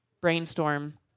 brainstorm